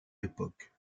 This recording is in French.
époque